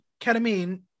ketamine